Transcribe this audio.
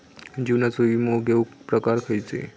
जीवनाचो विमो घेऊक प्रकार खैचे?